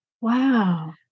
wow